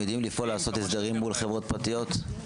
יודעים לעשות הסדרים מול חברות פרטיות?